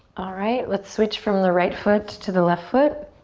alright, let's switch from the right foot to the left foot,